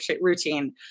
routine